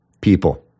people